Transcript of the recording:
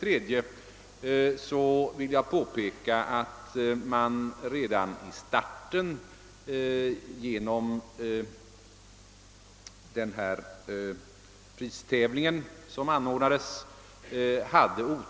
Vidare vill jag framhålla att man redan i starten hade otur med den pristävling som ordnades.